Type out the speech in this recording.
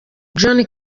john